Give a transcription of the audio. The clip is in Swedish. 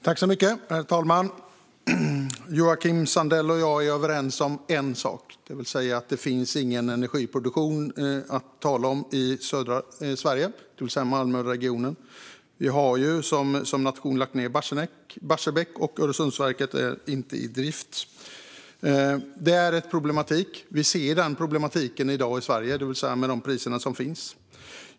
Herr talman! Joakim Sandell och jag är överens om en sak: Det finns ingen energiproduktion att tala om i södra Sverige, det vill säga i Malmöregionen. Vi har som nation lagt ned Barsebäck, och Öresundsverket är inte i drift. Detta är en problematik som vi ser i Sverige i dag i och med de priser vi har.